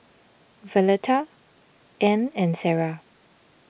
Violetta Anne and Sara